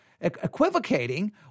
equivocating